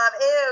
Ew